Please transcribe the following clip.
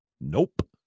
Nope